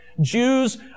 Jews